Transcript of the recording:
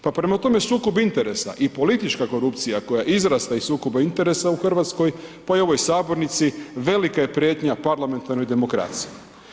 Pa prema tome sukob interesa i politička korupcija koja je izrasla iz sukoba interesa u RH, pa i u ovoj sabornici, velika je prijetnja parlamentarnoj demokraciji.